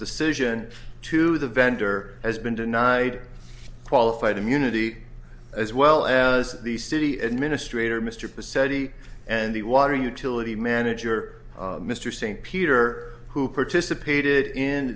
decision to the vendor has been denied qualified immunity as well as the city administrator mr pacelli and the water utility manager mr st peter who participated in